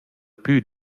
plü